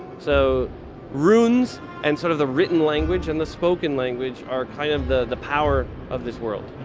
so runes and sort of the written language and the spoken language are kind of the the power of this world.